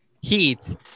Heat